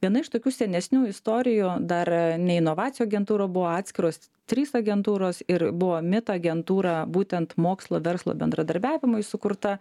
viena iš tokių senesnių istorijų dar ne inovacijų agentūra buvo atskiros trys agentūros ir buvo mita agentūra būtent mokslo verslo bendradarbiavimui sukurta